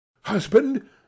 husband